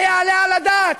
היעלה על הדעת?